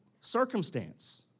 circumstance